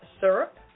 syrup